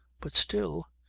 but still,